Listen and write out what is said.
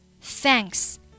Thanks